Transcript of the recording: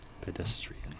Pedestrian